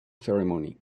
ceremony